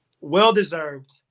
well-deserved